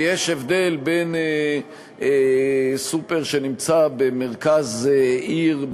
ויש הבדל בין סוּפֶר שנמצא במרכז עיר,